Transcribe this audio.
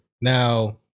Now